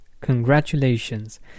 Congratulations